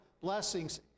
blessings